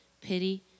pity